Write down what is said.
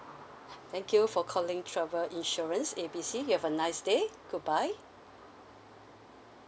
thank you for calling travel insurance A B C you have a nice day good bye